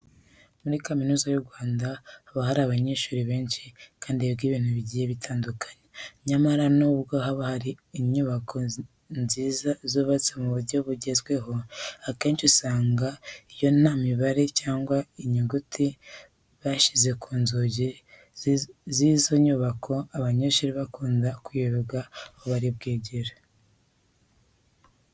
Muri Kaminuza y'u Rwanda haba hari abanyeshuri benshi kandi biga ibintu bigiye bitandukanye. Nyamara nubwo haba hari inyubako nziza zubatse mu buryo bugezweho, akenshi usanga iyo nta mibare cyangwa se inyuguti bashyize ku nzugi z'izo nyubako, abanyeshuri bakunda kuyoberwa aho bari bwigire.